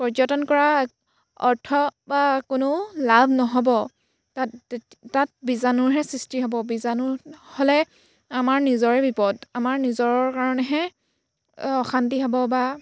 পৰ্যটন কৰা অৰ্থ বা কোনো লাভ নহ'ব তাত তাত বীজাণুৰহে সৃষ্টি হ'ব বীজাণু হ'লে আমাৰ নিজৰে বিপদ আমাৰ নিজৰ কাৰণেহে অশান্তি হ'ব বা